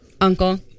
Uncle